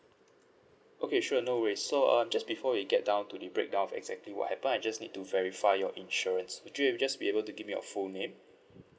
okay sure no worries so uh just before we get down to the breakdown of exactly what happen I just need to verify your insurance could you just be able to give me your full name